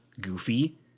goofy